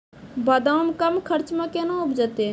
बादाम कम खर्च मे कैना उपजते?